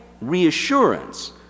Reassurance